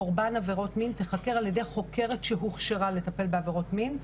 קורבן עבירות מין תיחקר על ידי חוקרת שהוכשרה לטפל בעבירות מין,